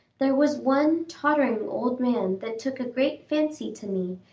there was one tottering old man that took a great fancy to me,